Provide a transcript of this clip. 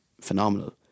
phenomenal